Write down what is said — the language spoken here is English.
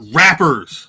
rappers